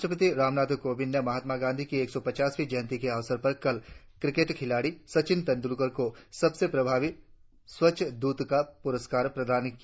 राष्ट्रपति रामनाथ कोविंद ने महात्मा गांधी की एक सौ पचासवीं जयंती के अवसर पर कल क्रिकेट खिलाड़ी सचिन तेंद्रलकर को सबसे प्रभावी स्वच्छता द्रत का प्रस्कार प्रदान किया